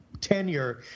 tenure